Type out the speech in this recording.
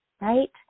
right